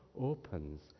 opens